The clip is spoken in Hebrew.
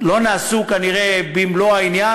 לא נעשו כנראה במלוא העניין,